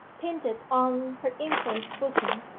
pinned it on her infant's bosom,